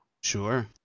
Sure